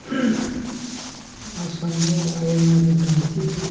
आसामाव आयेनारि खान्थि